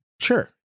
Sure